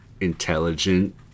intelligent